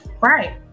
right